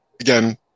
Again